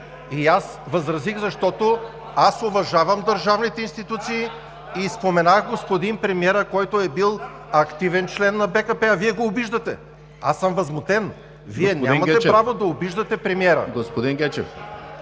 Аз възразих, защото уважавам държавните институции и споменах господин премиера, който е бил активен член на БКП, а Вие го обиждате! Възмутен съм – Вие нямате право да обиждате премиера! Премиерът